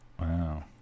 Wow